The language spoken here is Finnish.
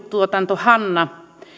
tuotanto hanna